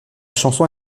chanson